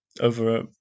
over